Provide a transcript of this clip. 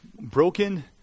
Broken